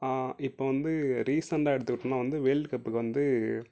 இப்போ வந்து ரீசன்ட்டாக எடுத்துக்கிட்டோன்னால் வந்து வேல்டு கப்புக்கு வந்து